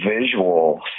visual